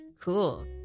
Cool